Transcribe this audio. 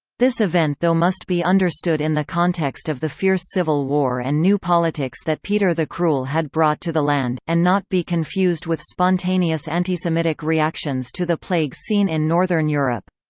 this event though must be understood in the context of the fierce civil war and new politics that peter the cruel had brought to the land, and not be confused with spontaneous antisemitic reactions to the plague seen in northern europe.